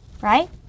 right